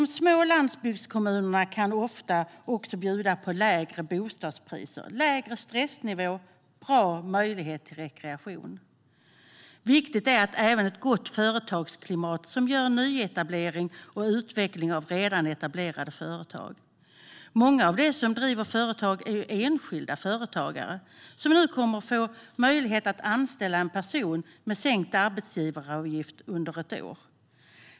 De små landsbygdskommunerna kan ofta också bjuda på lägre bostadspriser, lägre stressnivå och bra möjlighet till rekreation. Viktigt är även ett gott företagsklimat som möjliggör nyetablering och utveckling av redan etablerade företag. Många av dem som driver företag är enskilda företagare som nu kommer att få möjlighet att anställa en person med sänkt arbetsgivaravgift under ett år.